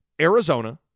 Arizona